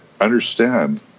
understand